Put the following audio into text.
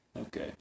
Okay